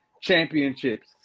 championships